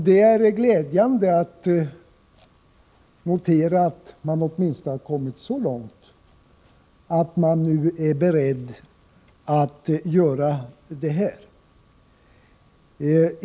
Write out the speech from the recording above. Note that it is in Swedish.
Det är glädjande att notera att man åtminstone har kommit så långt att man nu är beredd att vidta den åtgärden.